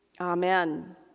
Amen